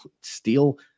steal